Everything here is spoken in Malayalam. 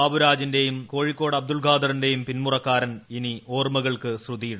ബാബുരാജിന്റെയും കോഴിക്കോട് അബ്ദുൾഖാദറിന്റെയും പിൻമുറക്കാരൻ ഇനി ഓർമ്മകൾക്ക് ശ്രുതിയിടും